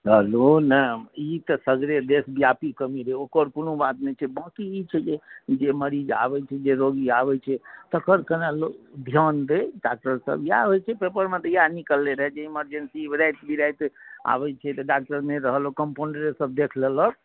चलू ने ई तऽ सगरे देश व्यापी कमी रहै ओकर कोनो बात नहि छै बाँकि ई छै जे ई जे मरीज अबैत छी जे रोगी आबैत छै तेकर केना लोक ध्यान दय डॉक्टर सब इएह होइत छै पेपरमे तऽ इएह निकलैत रहै जे इमर्जेंसी जे राति विराति आबैत छै तऽ डॉक्टर नहि रहल ओ कम्पाउण्डरे सब देखि लेलक